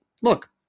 look